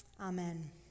Amen